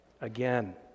again